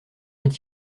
est